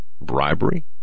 Bribery